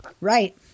right